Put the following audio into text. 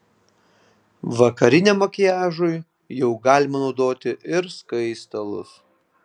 vakariniam makiažui jau galima naudoti ir skaistalus